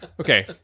Okay